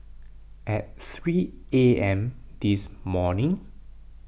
at three A M this morning